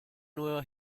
nueva